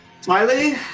Smiley